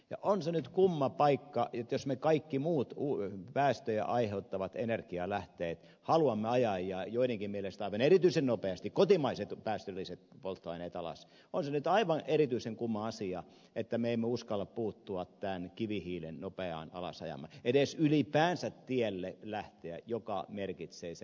ja on se nyt kumma paikka jos me kaikki muut päästöjä aiheuttavat energialähteet ja joidenkin mielestä aivan erityisen nopeasti kotimaiset päästölliset polttoaineet haluamme ajaa alas on se nyt aivan erityisen kumma asia että me emme uskalla puuttua tämän kivihiilen nopeaan alasajamiseen edes ylipäänsä sille tielle lähteä joka merkitsee sen alasajamista